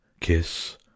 Kiss